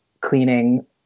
cleaning